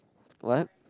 what